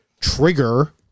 trigger